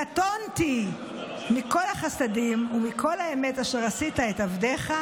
קטֹנתי מכל החסדים ומכל האמת אשר עשית את עבדך,